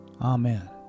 Amen